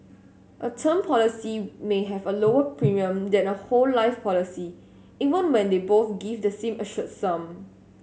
a term policy may have a lower premium than a whole life policy even when they both give the same assured sum